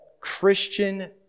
Christian